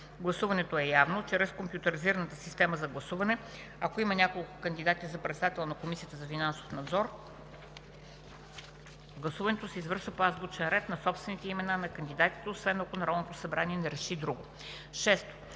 Гласуването е явно чрез компютризираната система за гласуване. Ако има няколко кандидати за председател на Комисията за финансов надзор, гласуването се извършва по азбучен ред на собствените имена на кандидатите, освен ако Народното събрание реши друго.